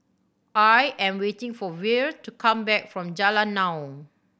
I am waiting for Vere to come back from Jalan Naung